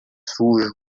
sujo